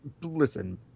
listen